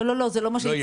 לא, זה לא מה שהצעתי.